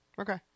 Okay